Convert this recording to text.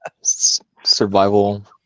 Survival